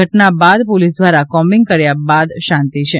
ઘટના બાદ પોલીસ દ્વારા કોમ્બીગ કર્યા બાદ શાંતિ છે